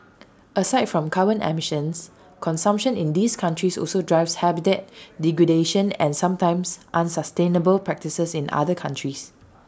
aside from carbon emissions consumption in these countries also drives habitat degradation and sometimes unsustainable practices in other countries